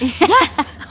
Yes